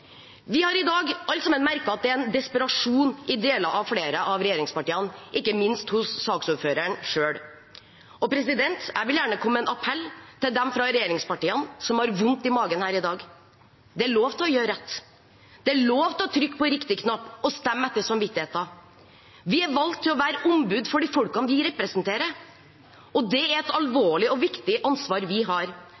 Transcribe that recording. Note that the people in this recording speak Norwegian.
Vi har i dag alle sammen merket at det er en desperasjon i flere av regjeringspartiene, ikke minst hos saksordføreren selv. Jeg vil gjerne komme med en appell til dem fra regjeringspartiene som har vondt i magen i dag. Det er lov å gjøre rett, det er lov å trykke på riktig knapp og stemme etter samvittigheten. Vi er valgt til å være ombud for de folkene vi representerer, og det er et